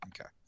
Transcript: Okay